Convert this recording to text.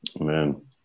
Man